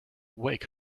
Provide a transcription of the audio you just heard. wake